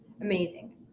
Amazing